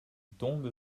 tombe